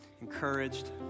encouraged